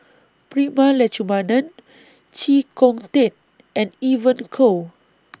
Prema Letchumanan Chee Kong Tet and Evon Kow